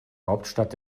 hauptstadt